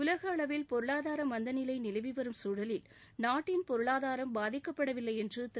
உலகளவில் பொருளாதார மந்தநிலை நிலவிவரும் சூழலில் நாட்டின் பொருளாதாரம் பாதிக்கப்படவில்லை என்று திரு